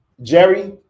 Jerry